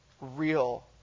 real